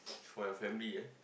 for your family eh